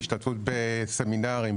השתתפות בסמינרים,